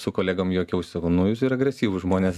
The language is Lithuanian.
su kolegom juokiausi sakau nu jūs ir agresyvūs žmonės